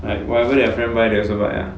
like whatever their friend buy they also buy ah